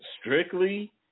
strictly